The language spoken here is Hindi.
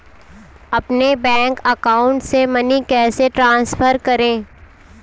अपने बैंक अकाउंट से मनी कैसे ट्रांसफर करें?